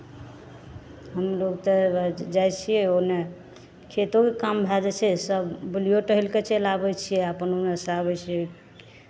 हम लोक तऽ उएह जाइ छियै ओन्नऽ खेतोके काम भए जाइ छै सभ बुलिओ टहलि कऽ चलि आबै छियै अपन ओन्नऽ सँ आबै छियै